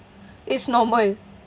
it's normal